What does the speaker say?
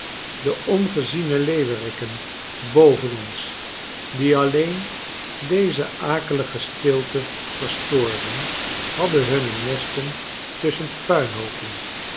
de ongeziene leeuweriken boven ons die alleen deze akelige stilte verstoorden hadden hunne nesten tusschen puinhoopen